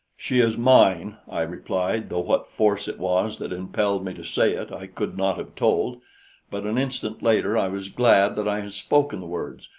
she is mine, i replied, though what force it was that impelled me to say it i could not have told but an instant later i was glad that i had spoken the words,